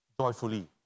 joyfully